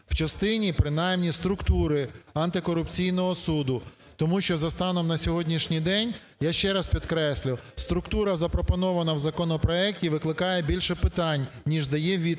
в частині принаймні структури антикорупційного суду. Тому що за станом на сьогоднішній день, я ще раз підкреслю, структура, запропонована в законопроекті, викликає більше питань, ніж дає відповідей.